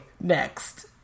Next